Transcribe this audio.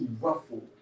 ruffle